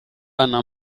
anta